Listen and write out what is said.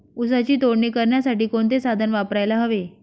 ऊसाची तोडणी करण्यासाठी कोणते साधन वापरायला हवे?